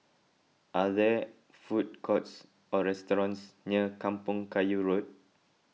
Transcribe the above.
are there food courts or restaurants near Kampong Kayu Road